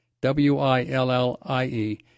W-I-L-L-I-E